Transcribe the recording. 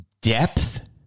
depth